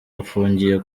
afungiye